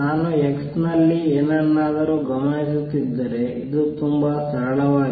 ನಾನು x ನಲ್ಲಿ ಏನನ್ನಾದರೂ ಗಮನಿಸುತ್ತಿದ್ದರೆ ಇದು ತುಂಬಾ ಸರಳವಾಗಿದೆ